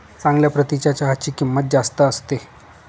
चांगल्या प्रतीच्या चहाची किंमत जास्त असते